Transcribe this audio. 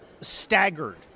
staggered